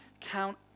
count